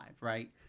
right